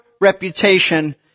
reputation